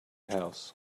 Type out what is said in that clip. house